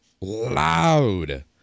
loud